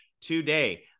today